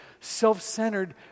self-centered